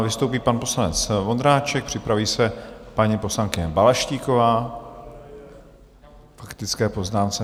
Vystoupí pan poslanec Vondráček, připraví se paní poslankyně Balaštíková k faktické poznámce.